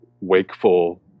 wakeful